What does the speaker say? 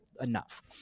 enough